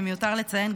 מיותר לציין,